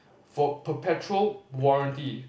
for perpetual warranty